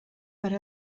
per